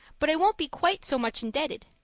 but i won't be quite so much indebted.